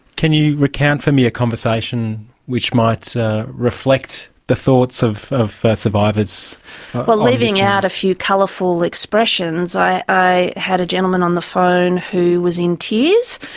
can you recount for me a conversation which might so reflect the thoughts of of survivors? well, leaving out a few colourful expressions, i i had a gentleman on the phone who was in tears,